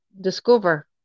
discover